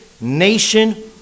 nation